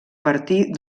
partir